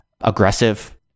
aggressive